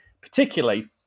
Particularly